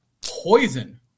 Poison